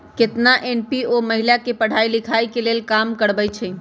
केतना एन.जी.ओ महिला के पढ़ाई लिखाई के लेल काम करअई छई